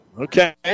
Okay